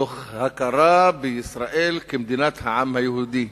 תוך הכרה בישראל כמדינת העם היהודי.